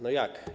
No jak?